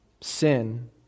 Sin